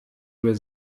was